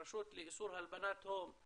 הרשות לאיסור הלבנת הון,